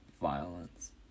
violence